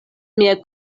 mia